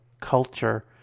culture